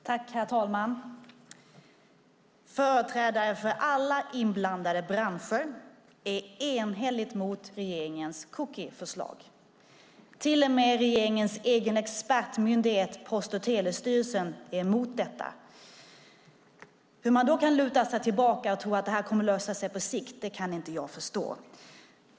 Herr talman! Företrädare för alla inblandade branscher är enhälligt emot regeringens cookieförslag. Till och med regeringens egen expertmyndighet, Post och telestyrelsen, är emot detta. Att man då kan luta sig tillbaka och tro att det här kommer att lösa sig på sikt kan jag inte förstå.